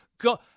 go